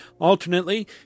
Alternately